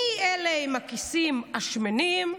מי אלה עם הכיסים השמנים?